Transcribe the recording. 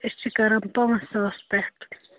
أسۍ چھِ کَران پانٛژھ ساس پٮ۪ٹھ